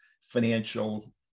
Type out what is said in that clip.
financial